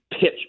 pitch